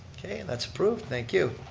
okay and that's approved, thank you.